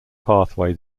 pathway